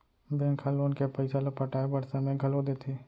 bank ह loan के पइसा ल पटाए बर समे घलो देथे